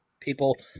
People